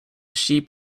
sheep